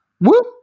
Whoop